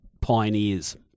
pioneers